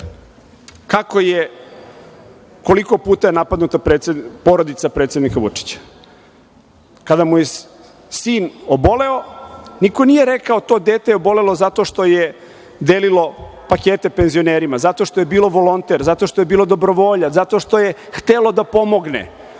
kako je i koliko je puta napadnuta porodica predsednika Vučića. Kada mu je sin oboleo, niko nije rekao - to dete je obolelo zato što je delilo pakete penzionerima, zato što je bio volonter, zato što je bilo dobrovoljac, zato što je hteo da pomogne,